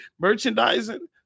merchandising